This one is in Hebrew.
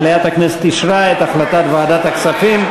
מליאת הכנסת אישרה את החלטת ועדת הכספים,